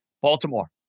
Baltimore